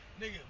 Nigga